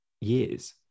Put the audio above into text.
years